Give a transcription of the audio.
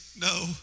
No